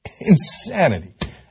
Insanity